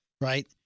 Right